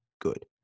good